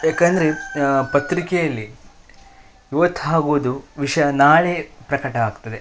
ಯಾಕೆಂದರೆ ಪತ್ರಿಕೆಯಲ್ಲಿ ಇವತ್ತು ಆಗೋದು ವಿಷಯ ನಾಳೆ ಪ್ರಕಟ ಆಗ್ತದೆ